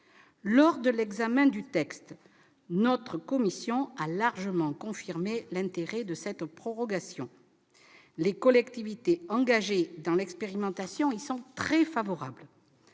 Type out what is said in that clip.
Lors de l'examen du texte, notre commission a largement confirmé l'intérêt de cette prorogation. Les collectivités qui sont engagées dans l'expérimentation y sont très favorables.